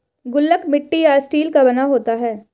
गुल्लक मिट्टी या स्टील का बना होता है